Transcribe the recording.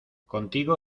contigo